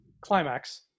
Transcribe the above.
climax